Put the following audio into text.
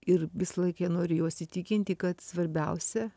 ir visą laik jie nori juos įtikinti kad svarbiausia